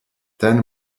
ten